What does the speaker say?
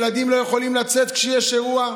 ילדים לא יכולים לצאת כשיש אירוע,